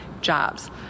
jobs